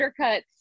undercuts